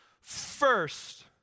first